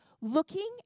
looking